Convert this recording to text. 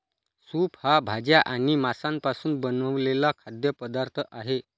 soup हा भाज्या आणि मांसापासून बनवलेला खाद्य पदार्थ आहे